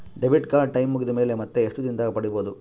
Debit card time ಮುಗಿದ ಮೇಲೆ ಮತ್ತೆ ಎಷ್ಟು ದಿನದಾಗ ಪಡೇಬೋದು?